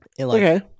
Okay